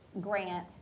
grant